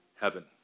heaven